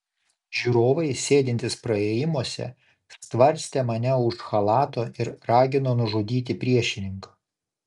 žiūrovai sėdintys praėjimuose stvarstė mane už chalato ir ragino nužudyti priešininką